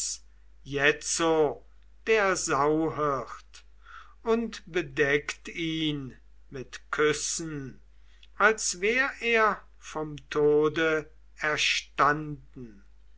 jetzo der sauhirt und bedeckt ihn mit küssen als wär er vom tod erstanden